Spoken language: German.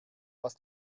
was